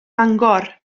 mangor